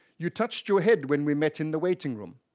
you touched your head when we met in the waiting room.